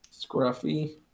Scruffy